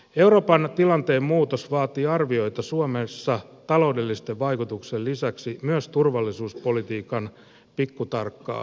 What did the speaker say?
euroopan tilanteen muutos vaatii suomessa taloudellisten vaikutusten arvioinnin lisäksi myös turvallisuuspolitiikan pikkutarkkaa uudelleentarkastelua